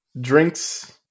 Drinks